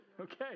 Okay